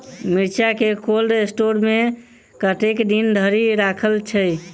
मिर्चा केँ cold store मे कतेक दिन धरि राखल छैय?